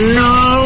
no